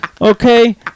okay